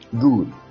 good